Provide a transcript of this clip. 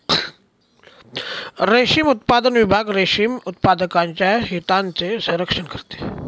रेशीम उत्पादन विभाग रेशीम उत्पादकांच्या हितांचे संरक्षण करते